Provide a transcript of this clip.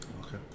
Okay